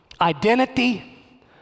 Identity